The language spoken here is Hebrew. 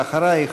ואחרייך,